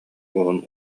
уһун